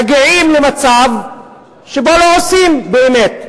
מגיעים למצב שבו לא עושים באמת.